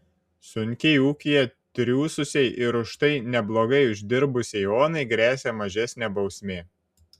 sunkiai ūkyje triūsusiai ir už tai neblogai uždirbusiai onai gresia mažesnė bausmė